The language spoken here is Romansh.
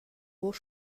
buca